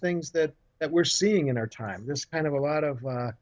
things that that we're seeing in our time this kind of a lot of a